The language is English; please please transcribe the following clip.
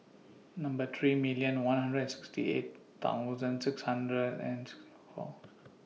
Number three thousand one hundred and sixty eight thousand six thousand six hundred and four